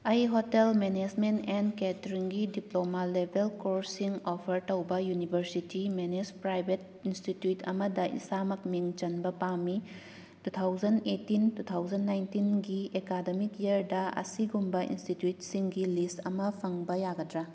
ꯑꯩ hotel management and ꯀꯦꯇ꯭ꯔꯤꯡꯒꯤ diploma level ꯀꯣꯔꯁꯁꯤꯡ ꯑꯣꯐꯔ ꯇꯧꯕ ꯌꯨꯅꯤꯚꯔꯁꯤꯇꯤ ꯃꯦꯅꯦꯖ ꯄ꯭ꯔꯥꯏꯚꯦꯠ ꯏꯟꯁꯇꯤꯇ꯭ꯋꯨꯠ ꯑꯃꯗ ꯏꯁꯥꯃꯛ ꯃꯤ ꯆꯟꯕ ꯄꯥꯝꯃꯤ two thousand eighteen two thousand ꯅꯥꯏꯟꯇꯤꯟꯒꯤ ꯑꯦꯀꯥꯗꯃꯤꯛ ꯏꯌꯥꯔꯗ ꯑꯁꯤꯒꯨꯝꯕ ꯏꯟꯁꯇꯤꯇ꯭ꯋꯨꯠꯁꯤꯡꯒꯤ ꯂꯤꯁ ꯑꯃ ꯐꯪꯕ ꯌꯥꯒꯗ꯭ꯔꯥ